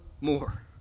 more